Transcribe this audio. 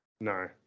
no